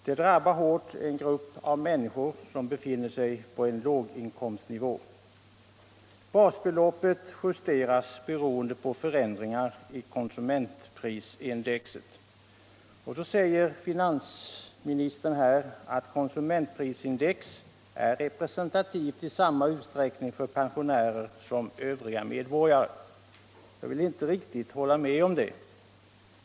Det drabbar hårt en grupp människor som befinner sig på låginkomstnivå. Basbeloppet justeras beroende på förändringar i konsumentprisindex. Finansministern säger att ”konsumentprisindex är representativt i samma utsträckning för pensionärer som för övriga medborgare”. Jag vill inte riktigt hålla med om det.